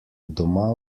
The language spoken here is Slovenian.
doma